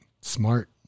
smart